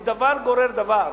כי דבר גורר דבר.